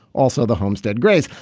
also the homestead grays.